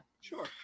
sure